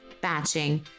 batching